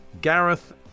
Gareth